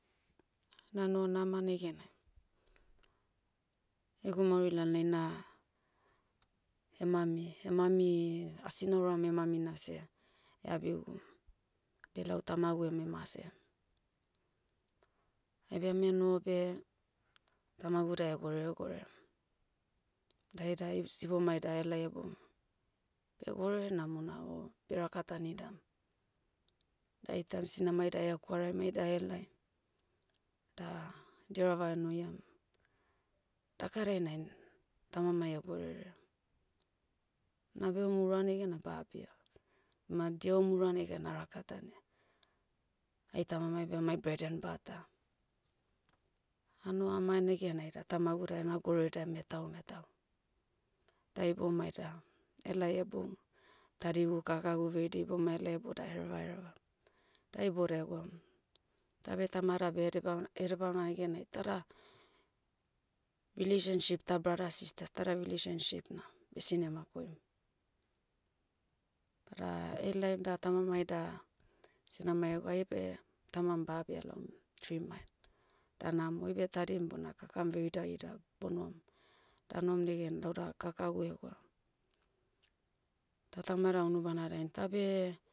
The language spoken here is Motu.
Nano nama negena, egu mauri lalnai na, hemami- hemami, asi nauram hemami nase, eabigu, beh lau tamagu eme mase. Aibe ame no beh, tamagu da egorere gore. Da aida ai sibomai da ahelai heboum. Beh gorere namona o, beraka tanidam. Daitam sinamai da ehekwaraim aida helai. Da, dirava enoiam, daka dainain, tamamai egorere. Nabe em ura negena ba abia. Bema dia oem ura negena arakatania. Ain tamamai bemai bread and butter. Anoho ama negenai da tamagu da ena gore da metau metau. Da iboumai da, helai heboum, tadigu kakagu veridia ibouma ahelai hebou da ahereva herevam. Da iboudai egwam, tabe tamada beh edebamana- edebamana negenai teda, relationship ta bradas sisters tada relationship na, besine makoim. Tada, ahelaim da, sinamai ego oibe, tamam ba abia laom, tri mile. Da namo oibe tadim bona kakam verida ida bonohom. Danohom negen lauda kakagu egwa, ta tamada unubana dain tabe,